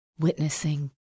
Witnessing